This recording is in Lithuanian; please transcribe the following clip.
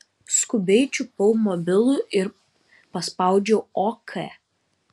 skubiai čiupau mobilų ir paspaudžiau ok